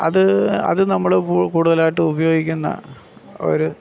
അത് അത് നമ്മൾ കൂടുതലായിട്ട് ഉപയോഗിക്കുന്ന ഒരു